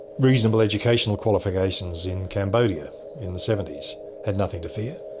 reasonable educational qualifications in cambodia in the seventy s had nothing to fear.